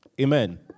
Amen